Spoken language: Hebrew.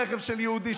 רכב של יהודי,